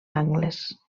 angles